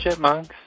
Chipmunks